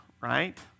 right